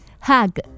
Hug